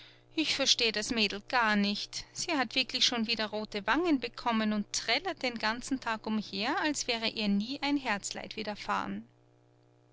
ich versteh das mädel gar nicht sie hat wirklich schon wieder rote wangen bekommen und trällert den ganzen tag umher als wäre ihr nie ein herzleid widerfahren